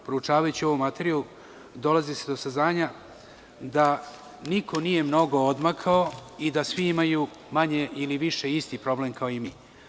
Proučavajući ovu materiju dolazi se do saznanja da niko nije mnogo odmakao i da svi imaju manje ili više isti problem kao i mi.